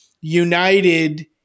United